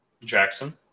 Jackson